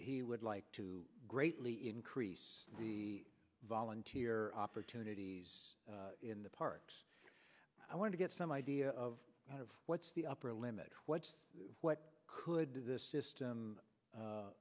he would like to greatly increase the volunteer opportunities in the parks i want to get some idea of what's the upper limit what what could this system